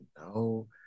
no